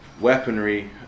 weaponry